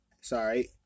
Sorry